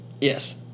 Yes